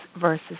versus